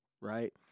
right